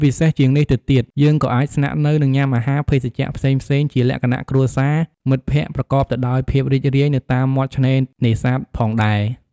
ពិសេសជាងនេះទៅទៀត យើងក៏អាចស្នាក់នៅ និងញុំាអាហារ ភេសជ្ជៈផ្សេងៗជាលក្ខណៈគ្រួសារ មិត្តភក្តិ ប្រកបទៅដោយភាពរីករាយនៅតាមមាត់ឆ្នេរនេសាទផងដែរ។